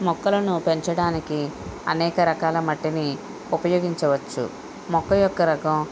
మొక్కలను పెంచడానికి అనేక రకాల మట్టిని ఉపయోగించవచ్చు మొక్క యొక్క రకం